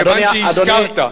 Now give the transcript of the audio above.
כיוון שהזכרת,